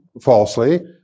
falsely